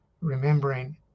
remembering